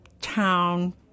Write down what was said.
town